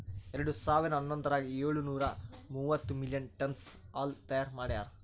ಎರಡು ಸಾವಿರಾ ಹನ್ನೊಂದರಾಗ ಏಳು ನೂರಾ ಮೂವತ್ತು ಮಿಲಿಯನ್ ಟನ್ನ್ಸ್ ಹಾಲು ತೈಯಾರ್ ಮಾಡ್ಯಾರ್